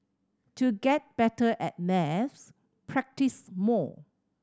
to get better at maths practise more